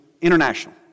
international